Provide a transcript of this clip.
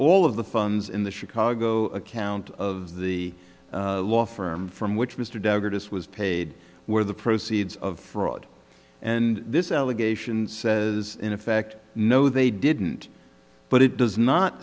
all of the funds in the chicago account of the law firm from which mr duggar just was paid were the proceeds of fraud and this allegation says in effect no they didn't but it does not